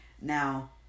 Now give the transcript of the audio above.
Now